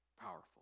powerful